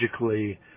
logically